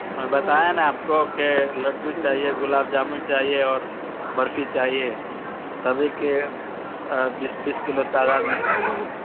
میں بتایا نا آپ کو کہ لڈو چاہیے گلاب جامن چاہیے اور برفی چاہیے سبھی کے بیس بیس کلو تعداد میں چاہیے